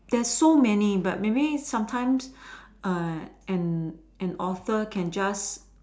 there's so many but maybe sometimes err an an author can just